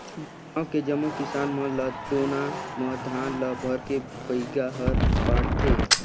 गांव के जम्मो किसान मन ल दोना म धान ल भरके बइगा हर बांटथे